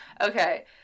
Okay